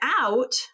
out